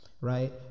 right